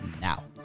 now